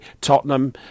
Tottenham